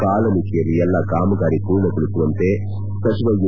ಕಾಲಮಿತಿಯಲ್ಲಿ ಎಲ್ಲ ಕಾಮಗಾರಿ ಪೂರ್ಣಗೊಳಿಸುವಂತೆ ಸಚಿವ ಯು